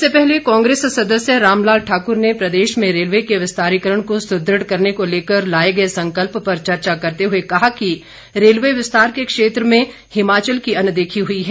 इससे पहले कांग्रेस सदस्य राम लाल ठाकुर ने प्रदेश में रेलवे के विस्तारीकरण को सुदृढ़ करने को लेकर लाए गए संकल्प पर चर्चा शुरू करते हुए कहा कि रेलवे विस्तार के क्षेत्र में हिमाचल की अनदेखी हुई है